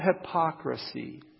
hypocrisy